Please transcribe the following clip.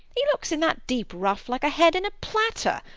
he looks in that deep ruff like a head in a platter,